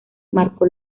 marcó